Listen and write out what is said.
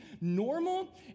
normal